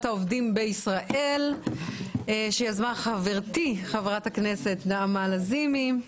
העובדים בישראל שיזמה חברתי חברת הכנסת נעמה לזימי.